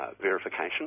verification